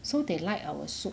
so they like our soup